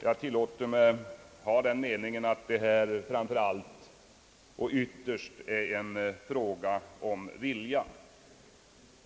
Jag tillåter mig alltså ha den meningen att det här framför allt och ytterst är en fråga om vilja.